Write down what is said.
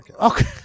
Okay